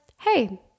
hey